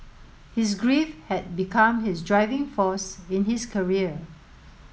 his grief had become his driving force in his career